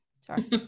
sorry